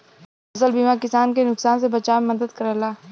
फसल बीमा किसान के नुकसान से बचाव में मदद करला